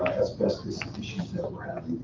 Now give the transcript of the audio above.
asbestos issues that we're